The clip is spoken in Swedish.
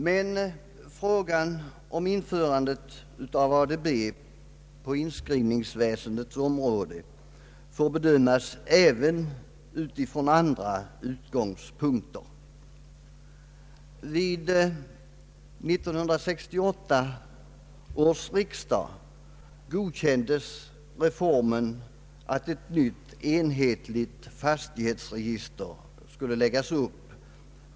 Men frågan om införandet av ADB på inskrivningsväsendets område får bedömas även från andra utgångspunkter.